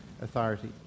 authority